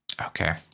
okay